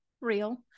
real